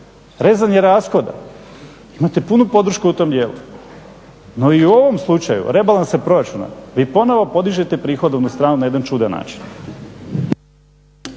rezanje rashoda, imate punu podršku u tom dijelu. No i u ovom slučaju rebalansa proračuna vi ponovno podižete prihodovnu stranu na jedan čudan način.